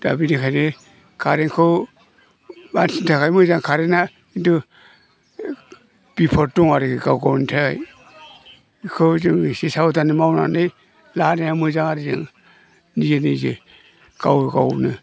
दा बिनिखायनो कारेन्टखौ मानसिनि थाखाय मोजां कारेन्टआ खिन्थु बिफद दङ आरोखि गाव गावनि थाखाय बेखौ जोङो एसे साबदानै मावनानै लानाया मोजां आरो जों निजे निजे गाव गावनो